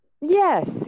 yes